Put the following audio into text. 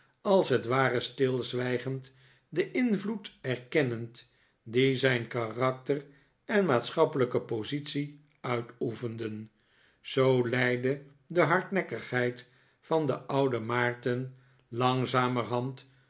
als het ware stilzwijgend den inyloed erkennend dien zijn karakter en maatschappelijke positie uitoefenden zoo leidde de hardnekkigheid van den ouden maarten langzamerhand